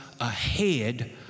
ahead